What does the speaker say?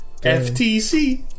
FTC